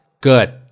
Good